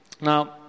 Now